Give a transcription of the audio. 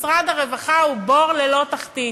משרד הרווחה הוא בור ללא תחתית.